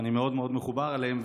ואני מאוד מאוד מחובר אליהם.